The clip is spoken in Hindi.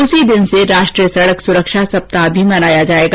उस दिन से राष्ट्रीय सड़क सुरक्षा सप्ताह भी मनाया जाएगा